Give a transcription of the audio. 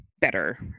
better